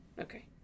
Okay